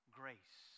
grace